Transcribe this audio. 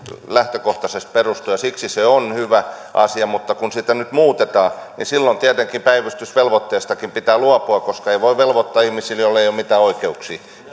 lähtökohtaisesti perustuu ja siksi se on hyvä asia mutta kun sitä nyt muutetaan niin silloin tietenkin päivystysvelvoitteestakin pitää luopua koska ei voi velvoittaa ihmisiä joilla ei ole mitään oikeuksia